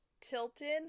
tilted